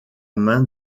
main